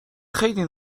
خیلی